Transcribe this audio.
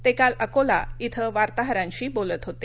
ते काल अकोला इथं वार्ताहरांशी बोलत होते